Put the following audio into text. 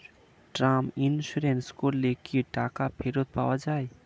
Term insurance করলে কি টাকা ফেরত পাওয়া যায়?